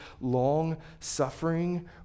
long-suffering